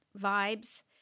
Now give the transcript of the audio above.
vibes